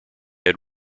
had